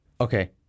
Okay